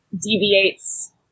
deviates